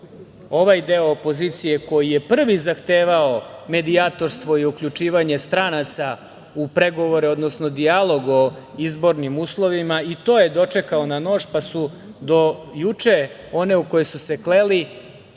ovaj deo opozicije koji je prvi zahtevao medijatorstvo i uključivanje stranaca u pregovore, odnosno dijalog o izbornim uslovima i to je dočekao na nož, pa su do juče, one koje su se kleli